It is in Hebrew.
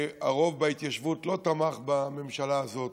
כי הרוב בהתיישבות לא תמך בממשלה הזאת,